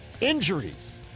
Injuries